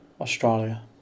Australia